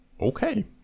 okay